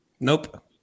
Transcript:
Nope